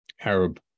Arab